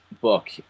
book